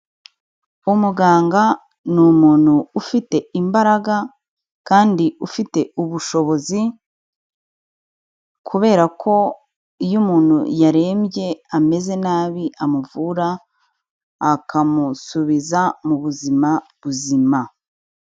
Umuganga ni umuntu ufite imbaraga kandi ufite ubushobozi, kubera ko iyo umuntu yarembye ameze nabi amuvura akamusubiza mu buzima buzima.